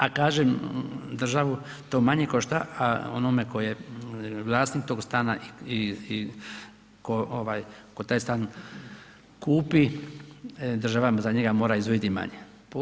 A kažem državu to manje košta a onome tko je vlasnik tog stana i tko taj stan kupi država za njega mora izdvojiti manje.